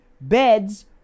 beds